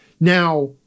Now